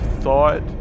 thought